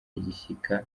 igishyika